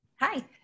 Hi